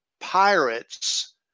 pirates